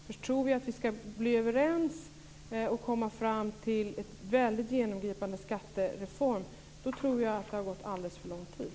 Om vi tror att vi skall bli överens och komma fram till en mycket genomgripande skattereform, då tror jag att det har gått alldeles för lång tid.